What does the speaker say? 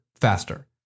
faster